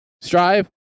Strive